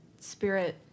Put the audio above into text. spirit